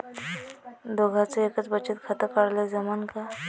दोघाच एकच बचत खातं काढाले जमनं का?